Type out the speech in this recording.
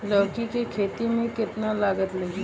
लौका के खेती में केतना लागत लागी?